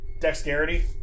Dexterity